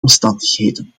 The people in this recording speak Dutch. omstandigheden